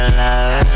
love